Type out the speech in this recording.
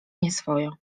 nieswojo